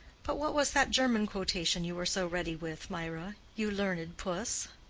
but what was that german quotation you were so ready with, mirah you learned puss?